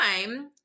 time